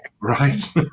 right